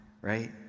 right